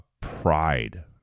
Pride